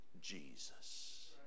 Jesus